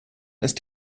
ist